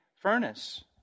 furnace